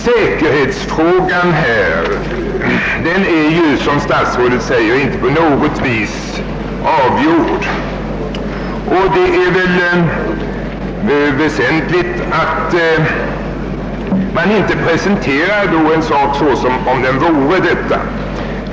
Säkerhetsfrågan är, som statsrådet säger, inte på något sätt klargjord. Det det är därför viktigt att man inte presenterar planerna såsom om denna fråga vore avklarad.